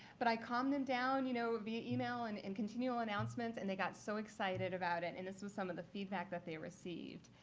but i calmed them down, you know, via email and in continual announcements. and they got so excited about it. and this was some of the feedback that they received.